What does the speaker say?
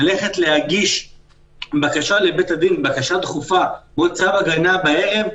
ללכת להגיש בקשה דחופה לבית-הדין וצו הגנה בערב,